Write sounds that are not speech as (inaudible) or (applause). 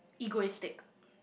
egoistic (noise)